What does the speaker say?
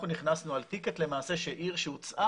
אנחנו נכסנו למעשה על כרטיס של עיר שהוצאה